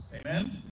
Amen